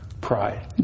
pride